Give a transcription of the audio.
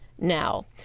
now